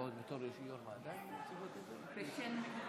בדיוק סיפרתי עכשיו, היא בהוראת שעה.